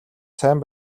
сайн